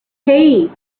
hey